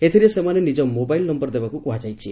ଏଥିରେ ସେମାନେ ନିଜ ମୋବାଇଲ୍ ନୟର ଦେବାକୁ କୁହାଯାଇଛି